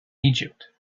egypt